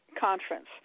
conference